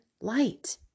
light